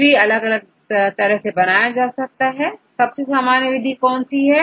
tree निर्माण की अलग अलग विधियां है सबसे सामान्य विधि कौन सी है